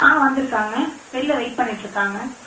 ஆ வந்துருக்காங்க வெளியில வெயிட் பண்ணிட்டுயிருக்காங்க